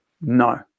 no